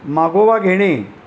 मागोवा घेणे